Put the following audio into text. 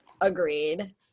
Agreed